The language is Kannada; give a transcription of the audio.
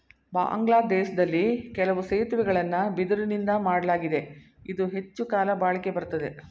ಬಾಂಗ್ಲಾದೇಶ್ದಲ್ಲಿ ಕೆಲವು ಸೇತುವೆಗಳನ್ನ ಬಿದಿರುನಿಂದಾ ಮಾಡ್ಲಾಗಿದೆ ಇದು ಹೆಚ್ಚುಕಾಲ ಬಾಳಿಕೆ ಬರ್ತದೆ